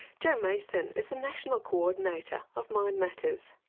jo mason is the national coordinator of mind matters.